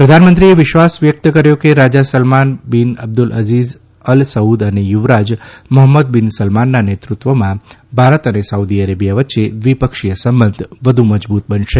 પ્રધાનમંત્રીએ વિશ્વાસ વ્યક્ત કર્યો કે રાજા Salman bin Abdul Aziz Al Saud અને યુવરાજ મોહમ્મદ બિન સલમાનના નેતૃત્વમાં ભારત અને સાઉદી અરેબિયા વચ્ચે દ્વિપક્ષીય સંબંધ વધુ મજબૂત બનશે